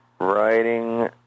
writing